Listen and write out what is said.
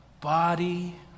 Body